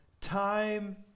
time